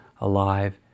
alive